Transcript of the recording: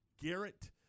Garrett –